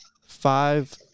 Five